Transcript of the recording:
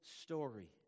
story